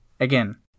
Again